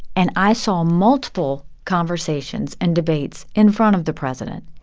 and i saw multiple conversations and debates in front of the president.